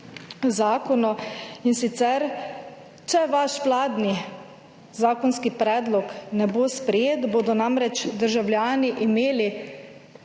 zakonu, in sicer, če vaš vladni zakonski predlog ne bo sprejet bodo namreč državljani imeli